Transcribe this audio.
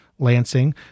Lansing